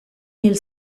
nel